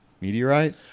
meteorite